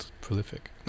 prolific